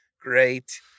Great